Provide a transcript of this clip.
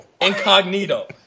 incognito